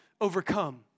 overcome